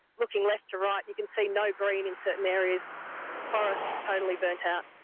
looking left to right, you can see no green in certain areas forest totally burnt out.